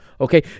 okay